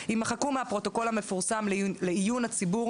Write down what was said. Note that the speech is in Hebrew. יימחקו מהפרוטוקול המפורסם לעיון הציבור,